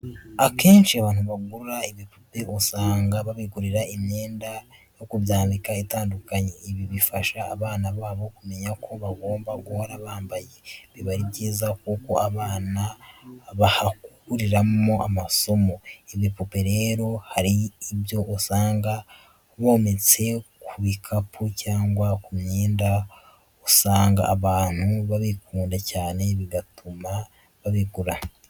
Akenshi abantu bagura ibipope usanga babigurira imyenda yo kubyambika itandukanye, ibi bifasha abana babo kumenya ko bagomba guhora bambaye, biba ari byiza kuko abana bahakuriramo amasomo, ibipope rero hari ibyo usanga bometse ku bikapu cyangwa kumyenda usanga abantu babikunda cyane bigatuma babigura.